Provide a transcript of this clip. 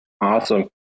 Awesome